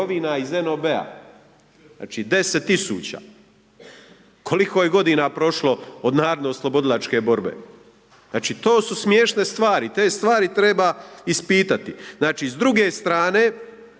znači 10 000. Koliko je godina od NOB-a? Znači to su smiješne stvari, te stvari treba ispitati. Znači s druge strane,